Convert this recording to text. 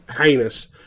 heinous